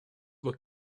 were